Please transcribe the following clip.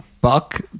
Buck